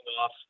off